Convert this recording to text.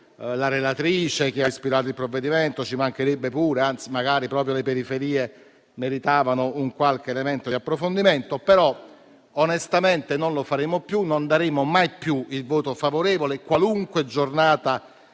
la relatrice che ha ispirato il provvedimento, ci mancherebbe. Anzi, magari proprio le periferie meriterebbero qualche elemento di approfondimento, però dico onestamente che non esprimeremo mai più voto favorevole a qualunque Giornata